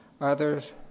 Others